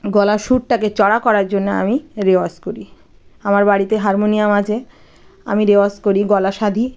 গলার সুরটাকে চড়া করার জন্যে আমি রেওয়াজ করি আমার বাড়িতে হারমোনিয়াম আছে আমি রেওয়াজ করি গলা সাধি